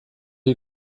die